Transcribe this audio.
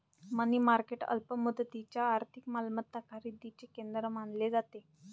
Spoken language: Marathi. मनी मार्केट अल्प मुदतीच्या आर्थिक मालमत्ता खरेदीचे केंद्र मानले जाते